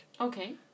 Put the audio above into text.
Okay